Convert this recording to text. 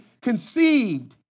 conceived